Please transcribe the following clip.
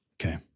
Okay